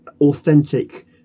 authentic